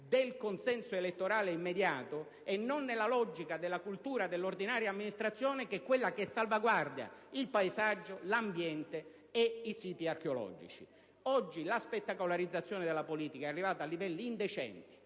del consenso elettorale immediato e non nella logica della cultura dell'ordinaria amministrazione, che è quella che salvaguarda il paesaggio, l'ambiente e i siti archeologici. Oggi la spettacolarizzazione della politica è arrivata a livelli indecenti